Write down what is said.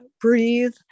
breathe